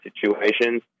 situations